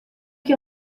que